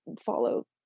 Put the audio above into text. follow